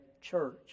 church